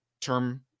term